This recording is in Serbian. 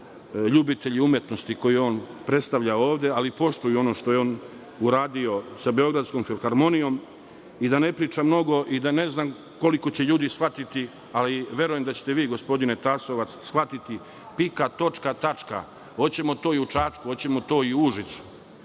ljubitelji umetnosti koju on predstavlja ovde, ali poštuju ono što je on uradio sa Beogradskom filharmonijom i da ne pričam mnogo, ne znam koliko će ljudi shvatiti, ali verujem da ćete vi, gospodine Tasovac, shvatiti – pika točka tačka, hoćemo to i u Čačku, hoćemo to i u Užicu. Nismo